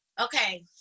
Okay